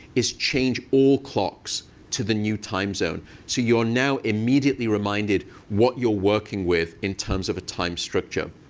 is change all clocks to the new time zone. so you're now immediately reminded what you're working with in terms of a time structure.